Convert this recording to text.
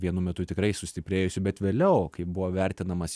vienu metu tikrai sustiprėjusi bet vėliau kaip buvo vertinamas